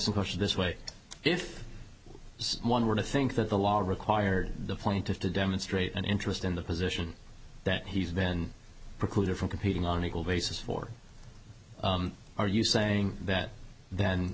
question this way if one were to think that the law required the plaintiff to demonstrate an interest in the position that he's been precluded from competing on an equal basis for are you saying that then